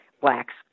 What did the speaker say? blacks